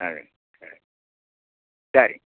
correct correct சரிங்க